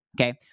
okay